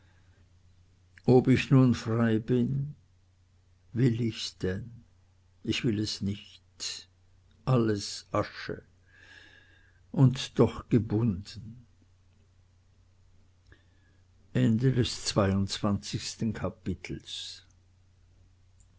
ob ich nun frei bin will ich's denn ich will es nicht alles asche und doch gebunden